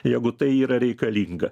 jeigu tai yra reikalinga